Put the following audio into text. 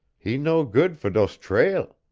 he no good for dose trail.